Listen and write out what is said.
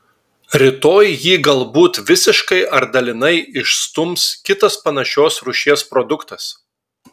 rytoj jį galbūt visiškai ar dalinai išstums kitas panašios rūšies produktas